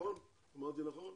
אמרתי נכון?